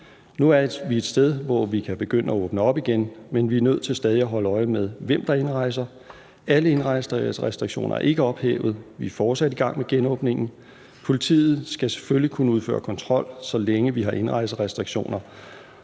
Nu har vi et sted, hvor vi kan begynde at åbne op igen, men vi er nødt til stadig at holde øje med, hvem der indrejser. Alle indrejserestriktioner er ikke ophævet; vi er fortsat i gang med genåbningen. Politiet skal selvfølgelig kunne udføre kontrol, så længe vi har indrejserestriktioner,